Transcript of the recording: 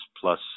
plus